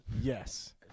yes